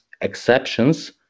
exceptions